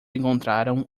encontraram